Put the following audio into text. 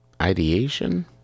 Ideation